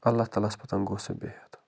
اللہ تعالیٰ ہَس پَتھ گوٚو سُہ بِہِتھ